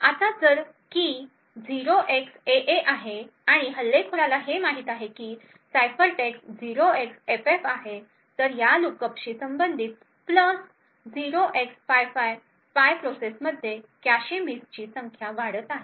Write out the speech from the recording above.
आता जर की 0xAA आहे आणि हल्लेखोराला हे माहित आहे की सायफरटेक्स्ट 0xFF आहे तर या लुकअपशी संबंधित प्लस 0x55 स्पाय प्रोसेसमध्ये कॅशे मिसची संख्या वाढत आहे